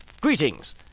Greetings